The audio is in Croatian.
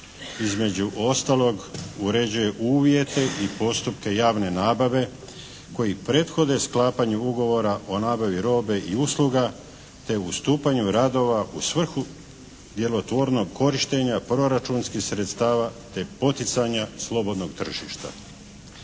između ostalog uređuje uvjete i postupke javne nabave koji prethode sklapanju ugovora o nabavi robe i usluga te ustupanju radova u svrhu djelotvornog korištenja proračunskih sredstava te poticanja slobodnog tržišta.